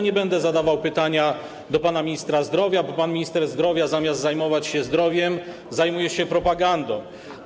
Nie będę zadawać pytania do pana ministra zdrowia, bo pan minister zdrowia, zamiast zajmować się zdrowiem, zajmuje się propagandą.